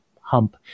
hump